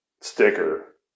sticker